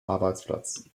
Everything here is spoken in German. arbeitsplatz